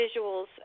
visuals